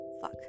Fuck